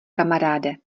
kamaráde